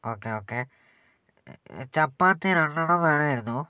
okay ഒക്കെ ചപ്പാത്തി രണ്ടെണ്ണം വേണമായിരുന്നു